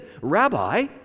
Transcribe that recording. Rabbi